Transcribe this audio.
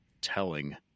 telling